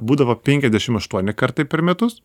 būdavo penkiasdešim aštuoni kartai per metus